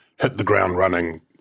hit-the-ground-running